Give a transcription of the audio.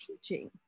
teaching